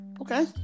Okay